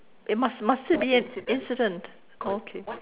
it must must it be an incident okay